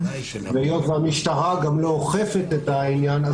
והיות שהמשטרה גם לא אוכפת את העניין,